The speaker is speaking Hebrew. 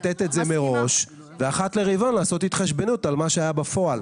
לתת את זה מראש ואחת לרבעון לעשות התחשבנות על מה שהיה בפועל.